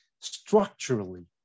structurally